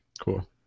Cool